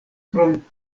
krom